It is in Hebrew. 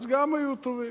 אז גם היו טובים,